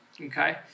okay